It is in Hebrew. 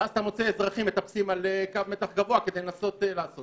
ואז אתה מוצא אזרחים מטפסים על קו מתח גבוה כדי לנסות לעצור את זה.